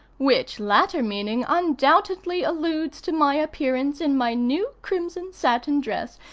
which latter meaning undoubtedly alludes to my appearance in my new crimson satin dress,